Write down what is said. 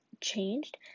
changed